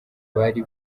bari